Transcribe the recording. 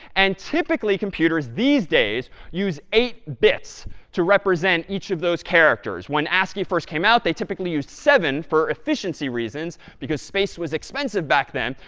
and typically, computers these days use eight bits to represent each of those characters. when ascii first came out, they typically used seven for efficiency reasons, because space was expensive back then.